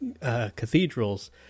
cathedrals